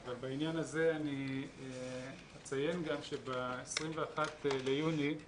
בעניין הזה אציין שב-21 ביוני,